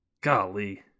Golly